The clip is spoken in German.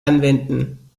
anwenden